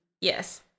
Yes